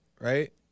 right